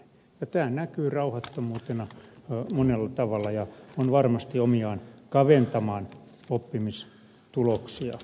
tämä näkyy rauhattomuutena monella tavalla ja on varmasti omiaan kaventamaan oppimistuloksia